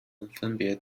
分别